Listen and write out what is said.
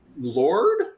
lord